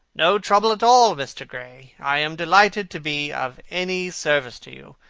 no trouble at all, mr. gray. i am delighted to be of any service to you.